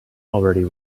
already